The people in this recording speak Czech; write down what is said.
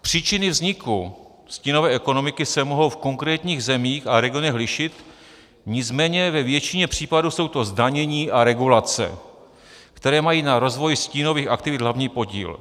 Příčiny vzniku stínové ekonomiky se mohou v konkrétních zemích a regionech lišit, nicméně ve většině případů jsou to zdanění a regulace, které mají na rozvoji stínových aktivit hlavní podíl.